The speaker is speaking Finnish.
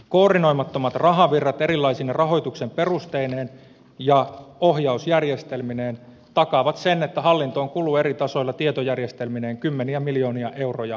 koordinoimattomat rahavirrat erilaisine rahoituksen perusteineen ja ohjausjärjestelmineen takaavat sen että hallintoon kuluu eri tasoilla tietojärjestelmineen kymmeniä miljoonia euroja turhaan